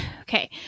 Okay